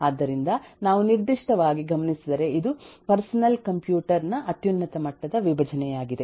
ಆದ್ದರಿಂದ ನಾವು ನಿರ್ದಿಷ್ಟವಾಗಿ ಗಮನಿಸಿದರೆ ಇದು ಪರ್ಸನಲ್ ಕಂಪ್ಯೂಟರ್ ನ ಅತ್ಯುನ್ನತ ಮಟ್ಟದ ವಿಭಜನೆಯಾಗಿದೆ